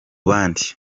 bandi